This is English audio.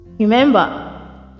Remember